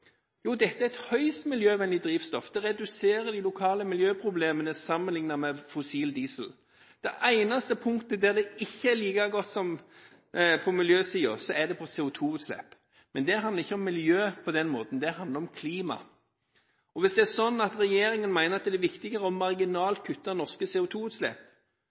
Det reduserer de lokale miljøproblemene sammenlignet med fossil diesel. Det eneste punktet på miljøsiden der det ikke er like godt, er på CO2-utslipp. Men det handler ikke om miljø på den måten – det handler om klima. Hvis det er sånn at regjeringen mener at det er viktigere